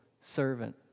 servant